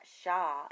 Shaw